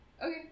Okay